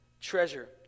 treasure